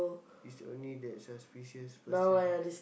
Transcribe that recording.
it's only that suspicious person